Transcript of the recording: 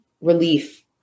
relief